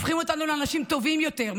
הופכים אותנו לאנשים טובים יותר.